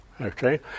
okay